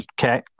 Okay